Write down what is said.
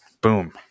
Boom